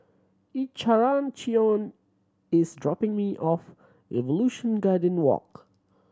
Encarnacion is dropping me off Evolution Garden Walk